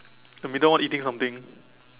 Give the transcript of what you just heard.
the middle one eating something